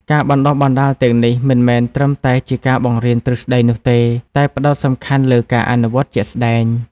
ការបណ្តុះបណ្តាលទាំងនេះមិនមែនត្រឹមតែជាការបង្រៀនទ្រឹស្តីនោះទេ តែផ្តោតសំខាន់លើការអនុវត្តជាក់ស្តែង។